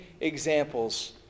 examples